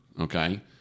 Okay